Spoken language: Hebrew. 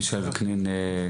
מישאל וקנין,